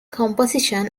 composition